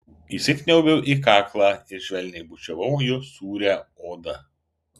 įsikniaubiau į kaklą ir švelniai bučiavau jo sūrią odą